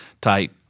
type